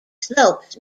slopes